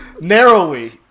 narrowly